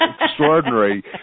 extraordinary